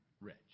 rich